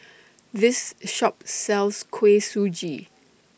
This Shop sells Kuih Suji